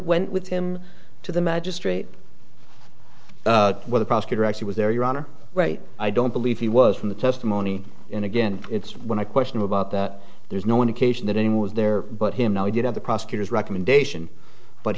went with him to the magistrate where the prosecutor actually was there your honor right i don't believe he was from the testimony in again it's when i question about that there's no indication that anyone was there but him now he did have the prosecutor's recommendation but